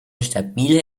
stabile